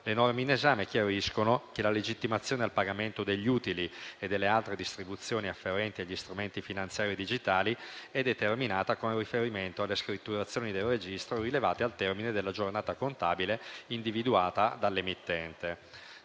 Le norme in esame chiariscono che la legittimazione al pagamento degli utili e delle altre distribuzioni afferenti agli strumenti finanziari digitali è determinata con riferimento alle scritturazioni del registro rilevate al termine della giornata contabile individuata dall'emittente.